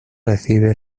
recibe